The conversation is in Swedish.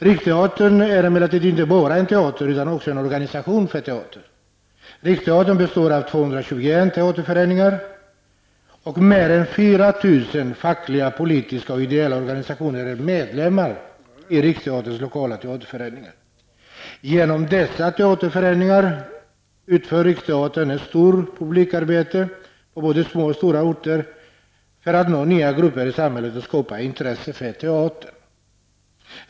Riksteatern är emellertid inte bara en teater utan också en organisation för teater. 4 000 fackliga, politiska och ideella organisationer är medlemmar i Riksteaterns lokala teaterföreningar. Genom dessa teaterföreningar utför Riksteatern ett stort publikarbete på både små och stora orter för att nå nya grupper i samhället och skapa intresse för teater.